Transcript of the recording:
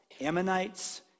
Ammonites